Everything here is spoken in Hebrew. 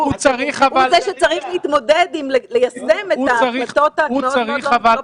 הוא זה שצריך להתמודד וליישם את ההחלטות המאוד מאוד לא פשוטות האלה.